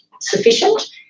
sufficient